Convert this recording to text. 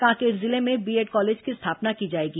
कांकेर जिले में BEd college की स्थापना की जाएगी